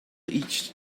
each